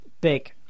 big